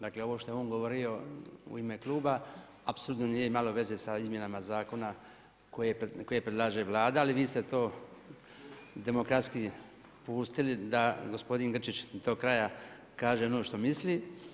Dakle ovo što je on govorio u ime kluba apsolutno nije imalo veze sa izmjenama zakona koje predlaže Vlada, ali vi ste to demokratski pustili da gospodin Grčić do kraja kaže ono što misli.